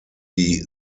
die